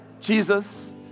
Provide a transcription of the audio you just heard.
Jesus